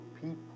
people